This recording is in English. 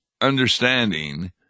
understanding